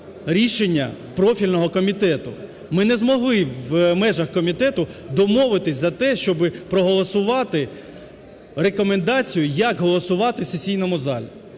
рішення профільного комітету. Ми не змогли в межах комітету домовитись за те, щоби проголосувати рекомендацію як голосувати в сесійному залі.